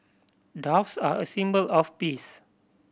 doves are a symbol of peace